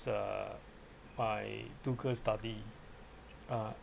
is uh my two girls‘ study uh